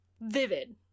vivid